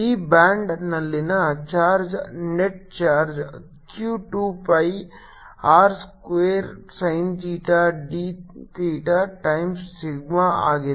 ಈ ಬ್ಯಾಂಡ್ ನಲ್ಲಿನ charge net charge q 2 pi R square sin theta d theta times sigma ಆಗಿದೆ